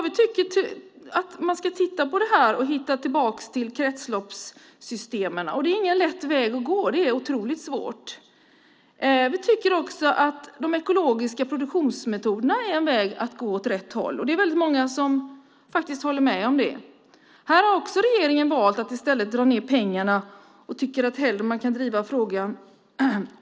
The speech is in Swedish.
Vi tycker att man ska titta på det här och hitta tillbaka till kretsloppssystemen. Det är ingen lätt väg att gå. Tvärtom är det oerhört svårt. Vi tycker också att de ekologiska produktionsmetoderna är en väg åt rätt håll, vilket många håller med om. Också här har regeringen valt att dra ned på pengarna.